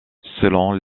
selon